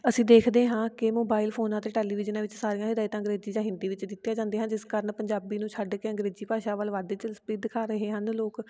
ਅਸੀਂ ਦੇਖਦੇ ਹਾਂ ਕਿ ਮੋਬਾਇਲ ਫ਼ੋਨਾਂ ਅਤੇ ਟੈਲੀਵਿਜ਼ਨਾਂ ਵਿੱਚ ਸਾਰੀਆਂ ਹਦਾਇਤਾਂ ਅੰਗਰੇਜ਼ੀ ਜਾਂ ਹਿੰਦੀ ਵਿੱਚ ਦਿੱਤੀਆਂ ਜਾਂਦੀਆਂ ਹਨ ਜਿਸ ਕਾਰਨ ਪੰਜਾਬੀ ਨੂੰ ਛੱਡ ਕੇ ਅੰਗਰੇਜ਼ੀ ਭਾਸ਼ਾ ਵੱਲ ਵੱਧ ਦਿਲਚਸਪੀ ਦਿਖਾ ਰਹੇ ਹਨ ਲੋਕ